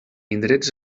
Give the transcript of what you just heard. indrets